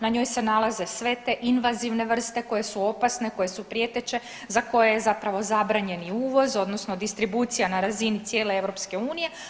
Na njoj se nalaze sve te invazivne vrste koje su opasne, koje su prijeteće za koje zapravo zabranjen i uvoz odnosno distribucija na razini cijele EU.